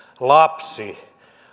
lapsi